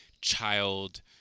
child